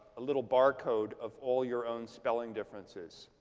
little bar code of all your own spelling differences?